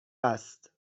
است